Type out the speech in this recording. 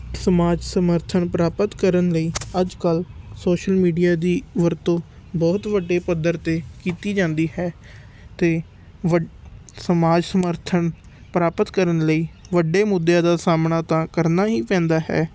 ਸਮਾਜ ਸਮਰਥਨ ਪ੍ਰਾਪਤ ਕਰਨ ਲਈ ਅੱਜ ਕੱਲ੍ਹ ਸੋਸ਼ਲ ਮੀਡੀਆ ਦੀ ਵਰਤੋਂ ਬਹੁਤ ਵੱਡੇ ਪੱਧਰ 'ਤੇ ਕੀਤੀ ਜਾਂਦੀ ਹੈ ਅਤੇ ਵੱਡ ਸਮਾਜ ਸਮਰਥਨ ਪ੍ਰਾਪਤ ਕਰਨ ਲਈ ਵੱਡੇ ਮੁੱਦਿਆਂ ਦਾ ਸਾਹਮਣਾ ਤਾਂ ਕਰਨਾ ਹੀ ਪੈਂਦਾ ਹੈ